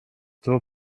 two